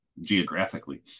geographically